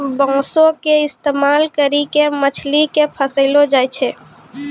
बांसो के इस्तेमाल करि के मछली के फसैलो जाय छै